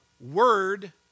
word